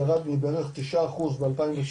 ירד מבערך תשעה אחוז ב-2019,